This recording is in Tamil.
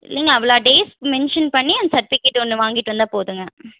இல்லைங்க அவ்வளோ டேஸ் மென்ஷன் பண்ணி செர்டிபிகேட் ஒன்று வாங்கிட்டு வந்தால் போதுங்க